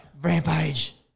Rampage